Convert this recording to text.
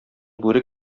бүре